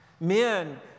Men